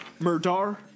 Murdar